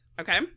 Okay